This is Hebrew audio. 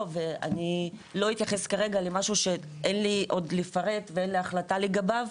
ואני לא אתייחס כרגע למשהו שאין לי עוד לפרט ולהחלטה לגביו.